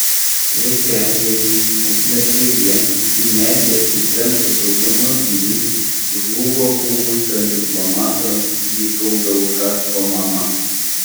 trečiadienį ukmergėje į medį atsitrenkus automobiliui žuvo buvusio diplomato vygaudo ušacko mama